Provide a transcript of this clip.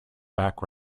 back